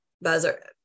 buzzer